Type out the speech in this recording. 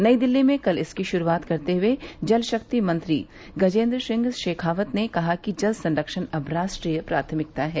नई दिल्ली में कल इसकी शुरूआत करते हुए जलशक्ति मंत्री गजेंद्र सिंह शेखावत ने कहा कि जल संरक्षण अब राष्ट्रीय प्राथमिकता है